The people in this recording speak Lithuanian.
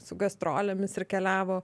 su gastrolėmis ir keliavo